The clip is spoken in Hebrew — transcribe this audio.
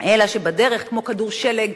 אלא שבדרך, כמו כדור שלג,